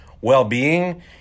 well-being